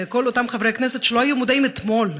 וכל אותם חברי כנסת שלא היו מודעים אתמול: